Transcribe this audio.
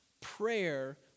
prayer